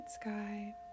sky